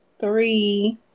three